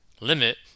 Limit